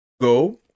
go